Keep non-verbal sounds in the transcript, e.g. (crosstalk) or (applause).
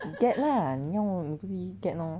get lah 你用 (noise) get lor